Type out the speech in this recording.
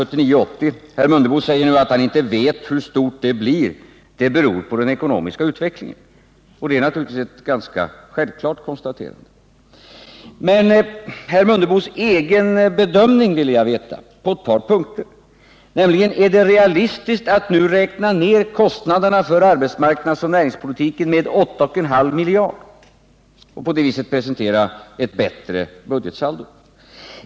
Nu säger herr Mundebo att han inte vet hur stort underskottet blir och hänvisar till den ekonomiska utvecklingen. Det är naturligtvis ett ganska självklart konstaterande. Men jag vill på ett par punkter få veta herr Mundebos egen bedömning. Är det realistiskt att nu räkna ned kostnaderna för arbetsmarknadsoch näringspolitiken med 8,5 miljarder kronor och på det viset presentera ett bättre budgetsaldo?